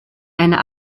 einer